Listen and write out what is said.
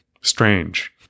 strange